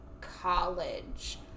college